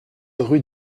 rue